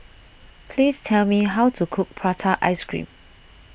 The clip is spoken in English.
please tell me how to cook Prata Ice Cream